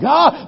God